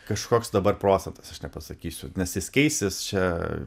kažkoks dabar procentas aš nepasakysiu nes jis keisis čia